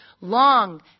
long